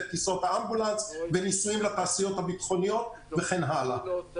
את טיסות האמבולנס וניסויים לתעשיות הביטחוניות וכן הלאה.